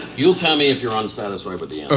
you'll tell me if you're unsatisfied with the